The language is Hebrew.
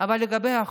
אבל לגבי החוק: